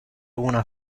una